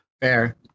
Fair